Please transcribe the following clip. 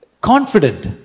confident